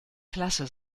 klasse